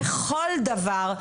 בכל דבר,